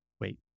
Wait